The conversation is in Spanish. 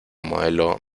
modelo